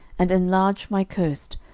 and enlarge my coast,